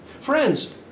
Friends